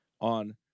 on